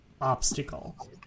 obstacle